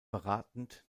beratend